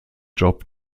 job